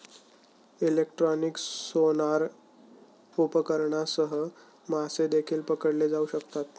electronic sonar उपकरणांसह मासे देखील पकडले जाऊ शकतात